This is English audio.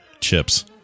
chips